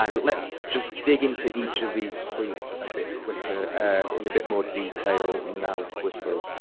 um let's just dig into each of these points a bit quicker in a bit more detail now quickly.